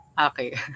Okay